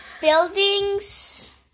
buildings